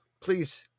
please